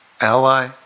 ally